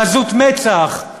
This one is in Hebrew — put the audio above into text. בעזות מצח,